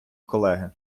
колеги